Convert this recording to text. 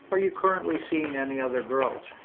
are you currently seeing any other girls?